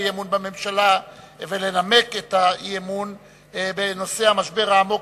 בל"ד אי-אמון בממשלה ולנמק את האי-אמון בנושא המשבר העמוק